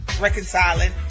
reconciling